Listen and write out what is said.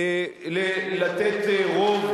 לתת רוב